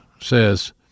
says